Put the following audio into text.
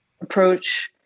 approach